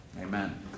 Amen